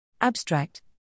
Abstract